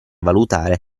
valutare